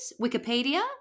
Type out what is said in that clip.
wikipedia